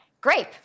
grape